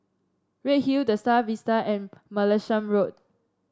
Redhill The Star Vista and Martlesham Road